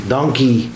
Donkey